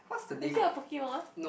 is it a Pokemon